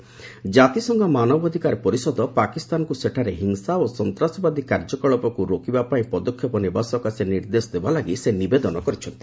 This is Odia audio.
ସେ ଜାତିସଂଘ ମାନବ ଅଧିକାର ପରିଷଦ ପାକିସ୍ତାନକୁ ସେଠାରେ ହିଂସା ଓ ସନ୍ତ୍ରାସବାଦୀ କାର୍ଯ୍ୟକଳାପକୁ ରୋକିବା ପାଇଁ ପଦକ୍ଷେପ ନେବା ସକାଶେ ସେ ନିବେଦନ କରିଛନ୍ତି